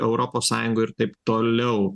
europos sąjungoje ir taip toliau